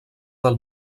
del